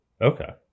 Okay